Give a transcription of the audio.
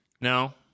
no